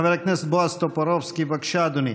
חבר הכנסת בועז טופורובסקי, בבקשה, אדוני.